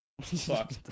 Fuck